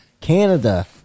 Canada